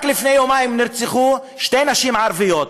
רק לפני יומיים נרצחו שתי נשים ערביות,